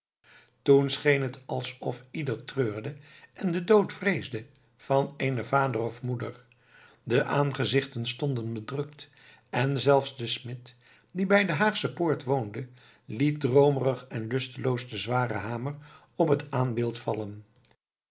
toen scheen het alsof ieder treurde en den dood vreesde van eenen vader of moeder de aangezichten stonden bedrukt en zelfs de smid die bij de haagsche poort woonde liet droomerig en lusteloos den zwaren hamer op het aanbeeld vallen